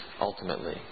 ultimately